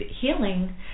healing